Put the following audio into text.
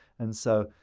and so,